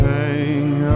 Hang